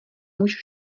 muž